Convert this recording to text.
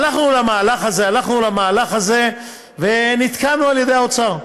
הלכנו למהלך הזה, ונתקענו על ידי האוצר.